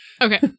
Okay